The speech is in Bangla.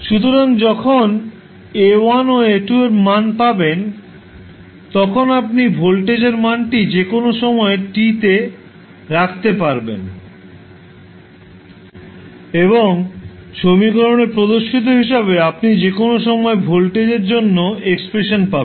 সুতরাং যখন A1 ও A2 এর মান পাবেন তখন আপনি ভোল্টেজের মানটি যে কোনও সময় t তে রাখতে পারবেন এবং সমীকরণে প্রদর্শিত হিসাবে আপনি যে কোনও সময় ভোল্টেজের জন্য এক্সপ্রেশন পাবেন